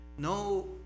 No